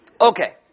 okay